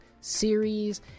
series